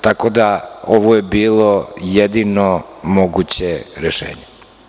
Tako da, ovo je bilo jedino moguće rešenje.